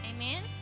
Amen